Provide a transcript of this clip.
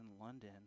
London